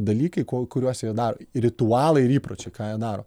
dalykai ko kuriuos jie daro ritualai ir įpročiai ką jie daro